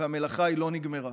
אבל המלאכה לא נגמרה.